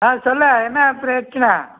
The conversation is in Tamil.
ஆ சொல் என்ன பிரச்சனை